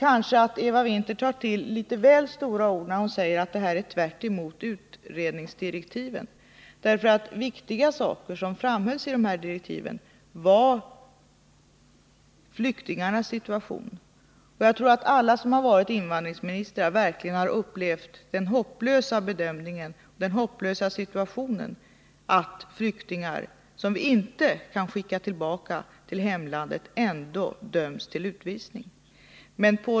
Jag tycker att Eva Winther kanske tar till litet väl stora ord när hon säger att detta är tvärtemot utredningsdirektiven. Viktiga frågor som framhölls i dessa direktiv gällde flyktingarnas situation. Jag tror att alla som varit invandringsministrar verkligen upplevt det hopplösa i situationen att flyktingar som inte kan skickas tillbaka till hemlandet ändå döms till utvisning.